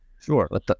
Sure